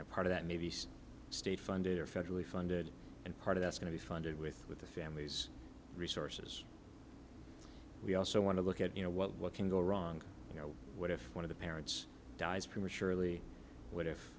know part of that maybe state funded or federally funded and part of that's going to be funded with with the family's resources we also want to look at you know what can go wrong you know what if one of the parents dies prematurely what if